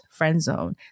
friendzone